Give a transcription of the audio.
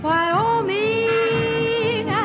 Wyoming